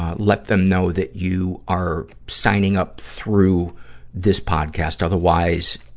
ah let them know that you are signing up through this podcast. otherwise,